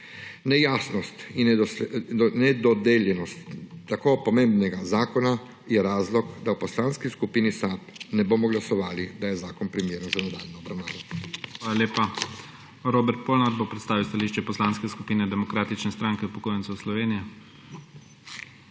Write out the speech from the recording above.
Nejasnost in nedodelanost tako pomembnega zakona je razlog, da v Poslanski skupin SAB ne bomo glasovali, da je zakon primeren za nadaljnjo obravnavo.